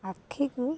ଆଖିକୁ